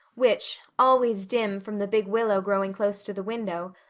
which, always dim from the big willow growing close to the window,